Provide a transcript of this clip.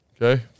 Okay